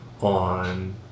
on